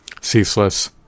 ceaseless